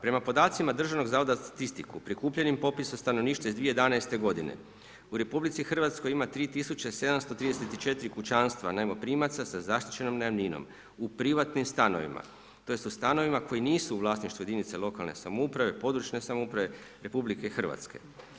Prema podacima Državnog zavoda za statistiku prikupljenim popisom stanovništva iz 2011. godine u Republici Hrvatskoj ima 3734 kućanstva najmoprimaca sa zaštićenom najamninom u privatnim stanovima, tj. u stanovima koji nisu u vlasništvu jedinice lokalne samouprave, područne samouprave, Republike Hrvatske.